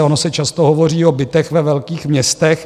Ono se často hovoří o bytech ve velkých městech.